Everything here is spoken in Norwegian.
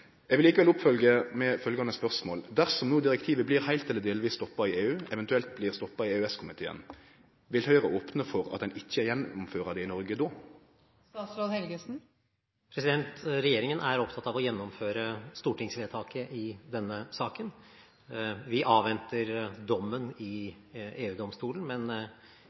Eg vil likevel følgje opp med følgjande spørsmål: Dersom no direktivet blir heilt eller delvis stoppa i EU – eventuelt blir stoppa i EØS-komiteen – vil Høgre opna for at ein ikkje gjennomfører det i Noreg då? Regjeringen er opptatt av å gjennomføre stortingsvedtaket i denne saken. Vi avventer dommen i EU-domstolen, men